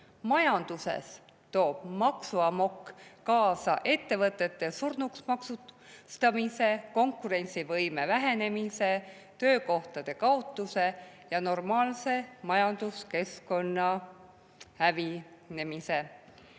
Majanduses toob maksuamokk kaasa ettevõtete surnuks maksustamise, konkurentsivõime vähenemise, töökohtade kaotuse ja normaalse majanduskeskkonna hävimise.